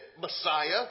Messiah